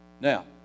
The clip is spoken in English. now